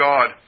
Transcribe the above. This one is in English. God